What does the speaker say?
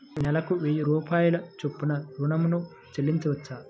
నేను నెలకు వెయ్యి రూపాయల చొప్పున ఋణం ను చెల్లించవచ్చా?